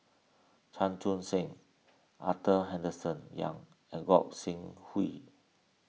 Chan Chun Sing Arthur Henderson Young and Gog Sing Hooi